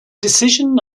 decision